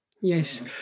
Yes